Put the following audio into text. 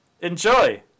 enjoy